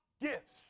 gifts